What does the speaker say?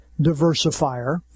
diversifier